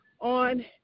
on